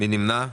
מי נמנע?